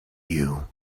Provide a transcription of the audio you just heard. you